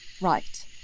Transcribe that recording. Right